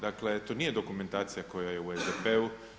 Dakle, to nije dokumentacija koja je u SDP-u.